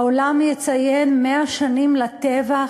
העולם יציין 100 שנים לטבח.